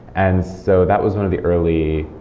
and so that was one of the early